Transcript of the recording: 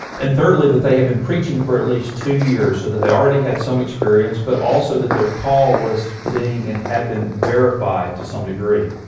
and thirdly that they have been preaching for at least two years so that they already had some experience, but also that their call was being, and had been verified to some degree.